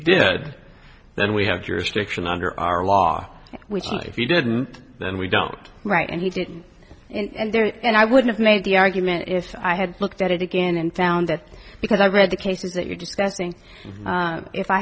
did then we have jurisdiction under our law which he didn't then we don't right and he didn't and there and i would have made the argument if i had looked at it again and found that because i read the cases that you're discussing if i